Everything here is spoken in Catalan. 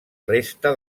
resta